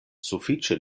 sufiĉe